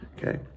okay